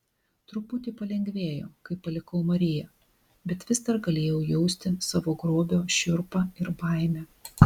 truputį palengvėjo kai palikau mariją bet vis dar galėjau jausti savo grobio šiurpą ir baimę